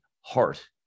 heart